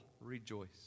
rejoice